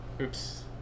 oops